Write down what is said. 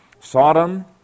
Sodom